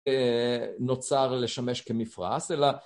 נוצר לשמש כמפרש אלא